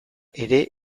ere